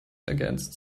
against